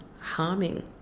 harming